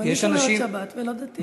גם אני שומרת שבת ולא דתייה.